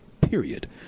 period